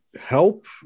help